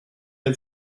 had